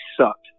sucked